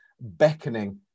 beckoning